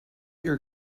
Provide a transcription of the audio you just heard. your